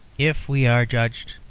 if we are judged,